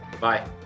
Bye